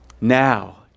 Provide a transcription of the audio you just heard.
Now